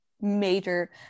major